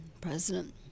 president